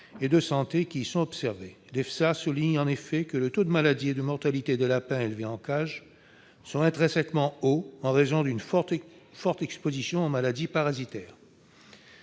et de santé qui y sont observés. L'EFSA souligne en effet que les taux de maladie et de mortalité des lapins élevés en cages sont intrinsèquement hauts, en raison d'une forte exposition aux maladies parasitaires.